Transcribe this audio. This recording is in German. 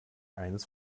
eines